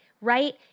Right